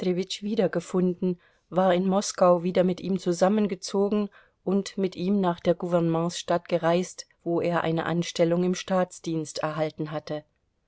wiedergefunden war in moskau wieder mit ihm zusammengezogen und mit ihm nach der gouvernementsstadt gereist wo er eine anstellung im staatsdienst erhalten hatte